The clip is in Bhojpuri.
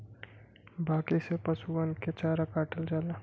बांकी से पसुअन के चारा काटल जाला